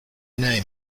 name